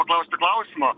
paklausti klausimą